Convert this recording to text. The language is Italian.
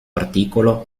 articolo